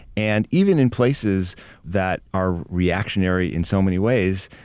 and even in places that are reactionary in so many ways,